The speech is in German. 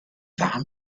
warm